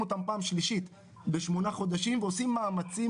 אותן פעם שלישית בשמונה חודשים ועושים מאמצים